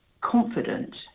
confident